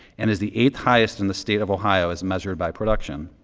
and is the eighth highest in the state of ohio as measured by production.